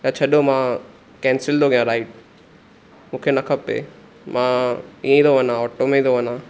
छॾो मां कैंसिल थो कयां राइड मूंखे न खपे मां ईअं ई थो वञा ऑटो में ई थो वञा